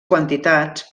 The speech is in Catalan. quantitats